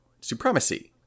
supremacy